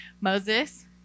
Moses